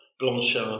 Blanchard